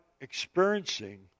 experiencing